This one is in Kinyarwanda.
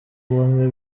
bamwe